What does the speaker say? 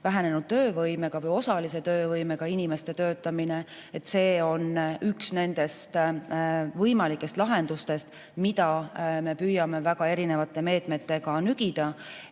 vähenenud töövõimega või osalise töövõimega inimeste töötamise teema juurde. See on üks võimalikest lahendustest, mida me püüame väga erinevate meetmetega nügida,